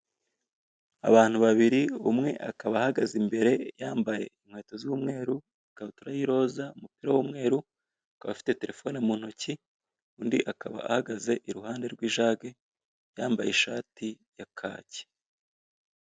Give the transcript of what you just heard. Abantu babiri umwe akaba ahagaze imbere yambaye inkweto z'umweru, ikabutura y' iroza, umupira w'umweru, akaba afite telefone mu ntoki, undi akaba ahagaze iruhande rw'i jage yambaye ishati ya kaki.